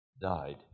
died